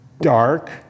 dark